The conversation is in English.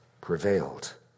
prevailed